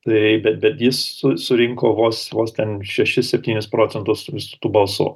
tai bet bet jis su surinko vos vos ten šešis septynis procentus visų tų balsų